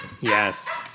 Yes